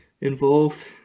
involved